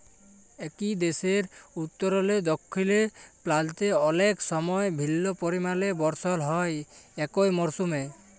একই দ্যাশের উত্তরলে দখ্খিল পাল্তে অলেক সময় ভিল্ল্য পরিমালে বরসল হ্যয় একই মরসুমে